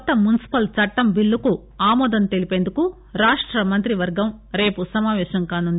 కొత్త మున్పిపల్ చట్టం బిల్లుకు ఆమోదం తెలిపేందుకు రాష్ట మంత్రివర్గం రేపు సమాపేశం కానుంది